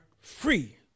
free